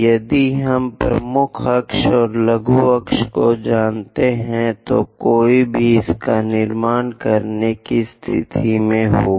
यदि हम प्रमुख अक्ष और लघु अक्ष को जानते हैं तो कोई भी इसका निर्माण करने की स्थिति में होगा